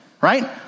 right